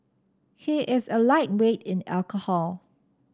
he is a lightweight in alcohol